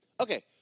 Okay